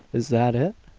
is that it?